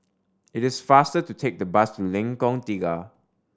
it is faster to take the bus to Lengkong Tiga